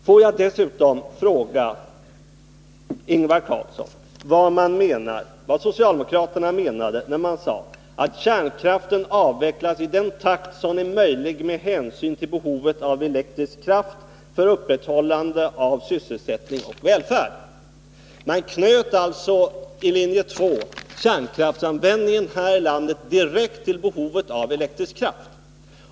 Får jag dessutom fråga Ingvar Carlsson vad socialdemokraterna menade när man sade, att kärnkraften avvecklas i den takt som är möjligt med hänsyn till behovet av elektrisk kraft för upprätthållande av sysselsättning och välfärd? Man knöt alltså i linje 2 kärnkraftsanvändningen här i landet direkt till behovet av elektrisk kraft.